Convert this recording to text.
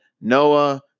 Noah